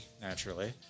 Naturally